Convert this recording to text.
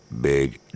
big